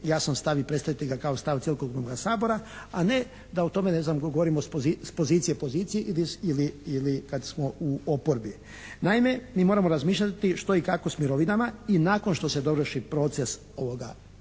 jasno stav i predstaviti ga kao stav cjelokupnoga Sabora a ne da o tome ne znam govorimo s pozicije opoziciji ili kad smo u oporbi. Naime mi moramo razmišljati što i kako s mirovinama i nakon što se dovrši proces ovoga